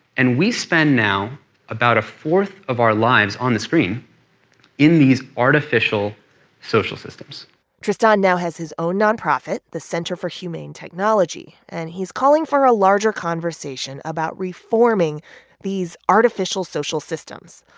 and we spend now about a fourth of our lives on the screen in these artificial social systems tristan now has his own nonprofit, the center for humane technology. and he's calling for a larger conversation about reforming these artificial social systems.